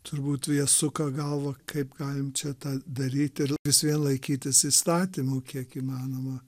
turbūt jie suka galvą kaip galim čia tą daryt ir vis vien laikytis įstatymų kiek įmanoma